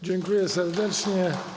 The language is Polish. Dziękuję serdecznie.